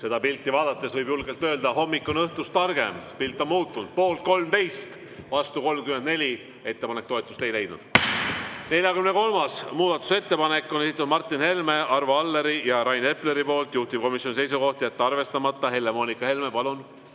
Seda pilti vaadates võib julgelt öelda, et hommik on õhtust targem, pilt on muutunud: poolt 13, vastu 34. Ettepanek toetust ei leidnud. 43. muudatusettepaneku on esitanud Martin Helme, Arvo Aller ja Rain Epler. Juhtivkomisjoni seisukoht on jätta arvestamata. Helle-Moonika Helme, palun!